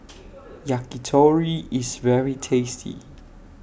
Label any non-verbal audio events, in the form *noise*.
*noise* Yakitori IS very tasty